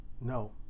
no